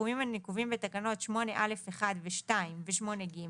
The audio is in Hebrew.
הסכומים הנקובים בתקנות 8א(1) ו-(2) ו-8ג,